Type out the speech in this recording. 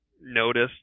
noticed